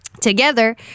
together